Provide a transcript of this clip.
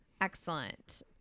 Excellent